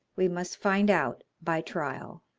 we must find out by trial.